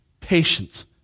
patience